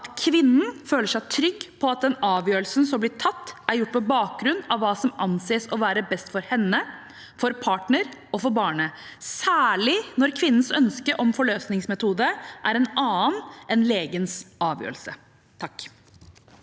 at kvinnen føler seg trygg på at den avgjørelsen som blir tatt, er gjort på bakgrunn av hva som anses å være best for henne, for partner og for barnet, særlig når kvinnens ønske om forløsningsmetode er en annen enn legens avgjørelse. Sandra